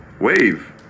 wave